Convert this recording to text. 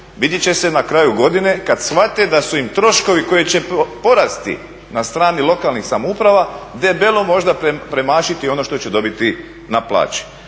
vidjet će se na kraju godine kad shvate da su im troškovi koji će porasti na strani lokalnih samouprava debelo možda premašiti ono što će dobiti na plaći.